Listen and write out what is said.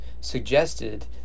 suggested